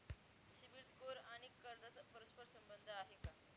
CIBIL score आणि कर्जाचा परस्पर संबंध आहे का?